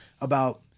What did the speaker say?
about-